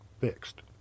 fixed